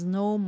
no